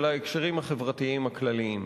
של ההקשרים החברתיים הכלליים.